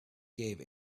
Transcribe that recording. gave